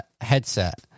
headset